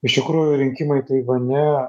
iš tikrųjų rinkimai taivane